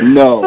no